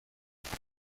چارلز